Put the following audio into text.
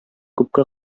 күпкә